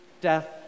death